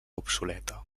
obsoleta